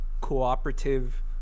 cooperative